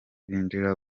binjira